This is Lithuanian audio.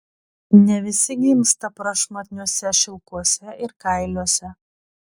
ne visi gimsta prašmatniuose šilkuose ir kailiuose